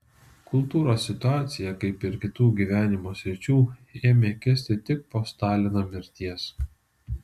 kultūros situacija kaip ir kitų gyvenimo sričių ėmė kisti tik po stalino mirties